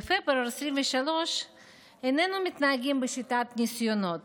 בפברואר 2023 איננו מתנהגים בשיטת הניסיונות.